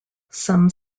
some